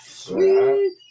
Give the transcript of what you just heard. Sweet